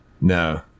No